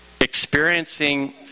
experiencing